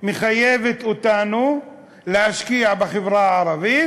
מחייבת אותנו להשקיע בחברה הערבית,